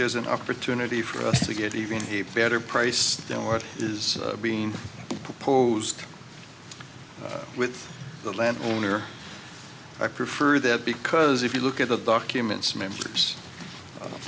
there's an opportunity for us to get even a better price than what is being proposed with the land owner i prefer that because if you look at the documents